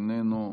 איננו.